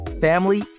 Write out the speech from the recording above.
family